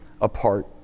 apart